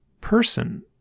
person